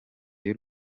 y’u